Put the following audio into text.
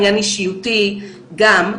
עניין אישיותי גם,